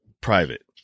private